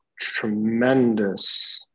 tremendous